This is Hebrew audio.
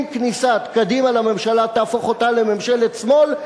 אם כניסת קדימה לממשלה תהפוך אותה לממשלת שמאל,